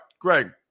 Greg